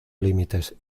límites